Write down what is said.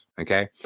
Okay